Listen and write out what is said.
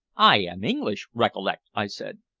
i am english, recollect, i said.